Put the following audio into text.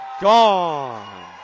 gone